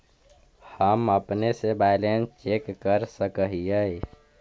हम अपने से बैलेंस चेक कर सक हिए?